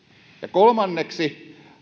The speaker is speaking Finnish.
kolmanneksi